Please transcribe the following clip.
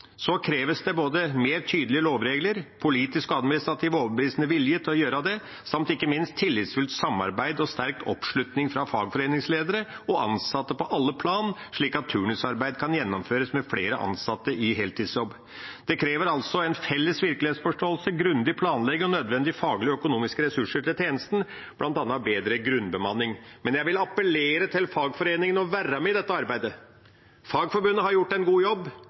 kreves det både tydeligere lovregler, politisk og administrativ overbevisende vilje til å gjøre det samt, ikke minst, tillitsfullt samarbeid og sterk oppslutning fra fagforeningsledere og ansatte på alle plan, slik at turnusarbeid kan gjennomføres med flere ansatte i heltidsjobb. Det krever altså en felles virkelighetsforståelse, grundig planlegging og nødvendige faglige og økonomiske ressurser til tjenesten, bl.a. en bedre grunnbemanning. Men jeg vil appellere til fagforeningene om å være med i dette arbeidet. Fagforbundet har gjort en god jobb.